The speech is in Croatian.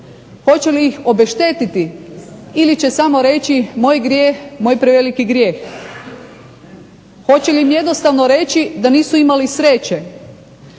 hoće li ih obeštetiti ili će samo reći moj grijeh, moj preveliki grijeh. Hoće li im jednostavno reći da nisu imali sreće.